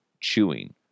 chewing